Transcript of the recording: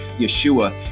Yeshua